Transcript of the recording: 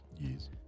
Yes